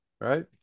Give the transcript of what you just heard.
right